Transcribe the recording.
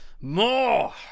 more